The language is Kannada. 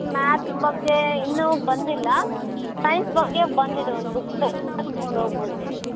ಮ್ಯಾತ್ಸ್ ಬಗ್ಗೆ ಇನ್ನೂ ಬಂದಿಲ್ಲ ಸೈನ್ಸ್ ಬಗ್ಗೆ ಬಂದಿದೆ ಒಂದು ಬುಕ್ ಬೇಕಿದ್ರೆ ತೊಗೊಂಡೋಗ್ಬೋದು ನೀವು